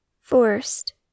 forced